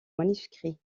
manuscrit